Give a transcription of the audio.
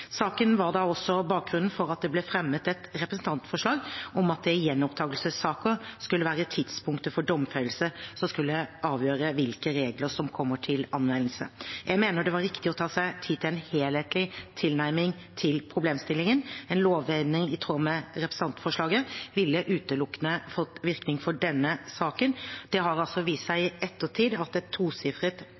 Saken var bakgrunnen for at det ble fremmet et representantforslag om at det i gjenopptakelsessaker skulle være tidspunktet for domfellelse som skulle avgjøre hvilke regler som kommer til anvendelse. Jeg mener det var riktig å ta seg tid til en helhetlig tilnærming til problemstillingen. En lovendring i tråd med representantforslaget ville utelukkende fått virkning for denne saken. Det har vist seg i ettertid at det er et tosifret